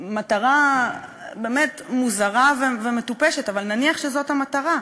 מטרה באמת מוזרה ומטופשת, אבל נניח שזאת המטרה,